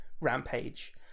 rampage